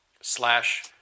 slash